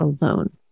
alone